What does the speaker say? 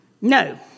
No